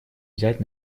взять